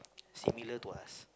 similar to us